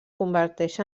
converteix